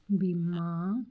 ਬੀਮਾ